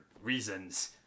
reasons